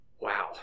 Wow